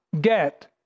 get